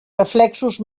reflexos